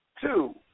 Two